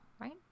right